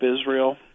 Israel